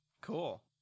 cool